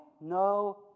no